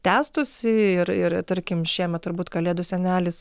tęstųsi ir ir tarkim šiemet turbūt kalėdų senelis